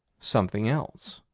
something else.